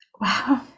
Wow